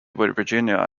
virginia